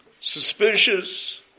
suspicious